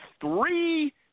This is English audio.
three